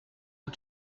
est